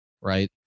right